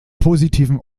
positiven